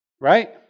right